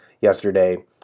yesterday